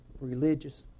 religious